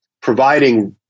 providing